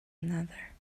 another